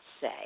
say